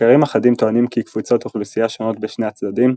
מחקרים אחדים טוענים כי קבוצות אוכלוסייה שונות בשני הצדדים,